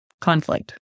conflict